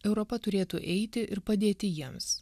europa turėtų eiti ir padėti jiems